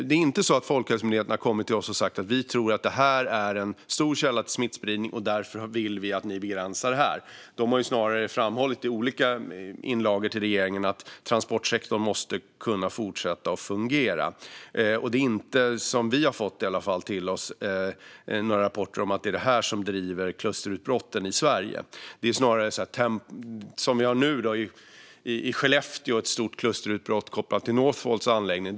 Det är inte så att Folkhälsomyndigheten har kommit till oss och sagt: Vi tror att det här är en stor källa till smittspridning, och därför vill vi att ni begränsar detta. De har snarare framhållit i olika inlagor till regeringen att transportsektorn måste kunna fortsätta att fungera. Vi har åtminstone inte fått några rapporter till oss om att det är det här som driver klusterutbrotten i Sverige. Vi har nu ett stort klusterutbrott i Skellefteå kopplat till Northvolts anläggning.